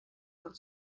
con